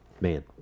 Man